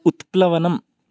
उत्प्लवनम्